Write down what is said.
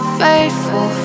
faithful